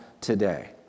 today